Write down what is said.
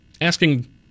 asking